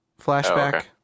flashback